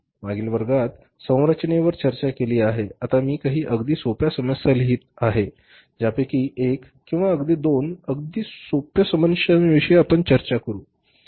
मागील वर्गात संरचनेवर चर्चा केली आहे आता मी काही अगदी सोप्या समस्या लिहिल्या आहेत ज्यापैकी एक किंवा दोन अगदी सोप्या समस्यांविषयी आपण चर्चा करू